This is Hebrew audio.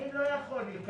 אני לא יכול להיכנס.